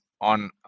on